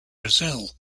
brazil